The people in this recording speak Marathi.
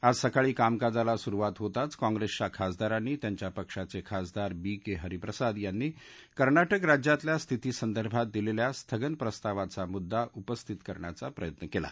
आज सकाळी कामकाजाला सुरुवात होताच काँग्रस्ठिया खासदारांनी त्यांच्या पक्षाच खासदार बी क हिरीप्रसाद यांनी कर्ना क्रे राज्यातल्या स्थितीसंदर्भात दिलखा स्थगन प्रस्तावाचा मुद्दा उपस्थित करण्याचा प्रयत्न कला